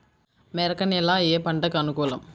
మెరక నేల ఏ పంటకు అనుకూలం?